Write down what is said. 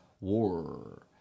War